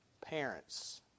parents